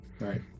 Right